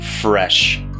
fresh